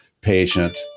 patient